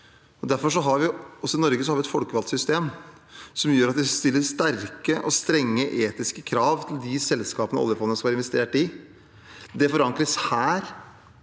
Norge har vi et folkevalgtsystem som gjør at vi stiller sterke og strenge etiske krav til de selskapene oljefondet skal være investert i. Det forankres her,